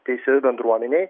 teisėjų bendruomenei